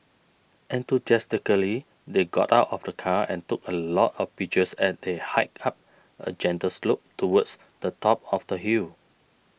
enthusiastically they got out of the car and took a lot of pictures as they hiked up a gentle slope towards the top of the hill